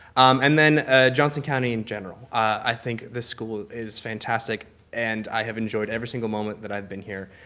and then johnson county in general. i think this school is fantastic and i have enjoyed every single moment that i've been here,